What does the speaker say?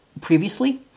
previously